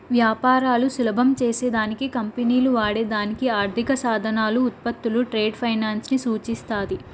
వ్యాపారాలు సులభం చేసే దానికి కంపెనీలు వాడే దానికి ఆర్థిక సాధనాలు, ఉత్పత్తులు ట్రేడ్ ఫైనాన్స్ ని సూచిస్తాది